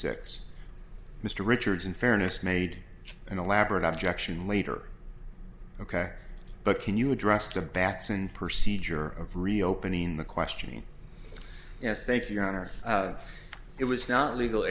six mr richards in fairness made an elaborate objection later ok but can you address the backs and proceed sure of reopening the question yes thank you your honor it was not legal